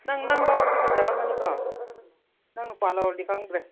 ꯅꯪ ꯅꯪ ꯂꯧꯔꯗꯤ ꯐꯖꯔꯝꯒꯅꯤꯀꯣ ꯅꯪ ꯅꯨꯄꯥ ꯂꯧꯔꯗꯤ ꯈꯪꯗ꯭ꯔꯦ